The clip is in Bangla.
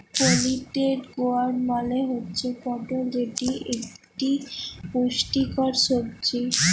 পলিটেড গয়ার্ড মালে হুচ্যে পটল যেটি ইকটি পুষ্টিকর সবজি